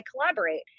collaborate